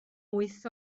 wyth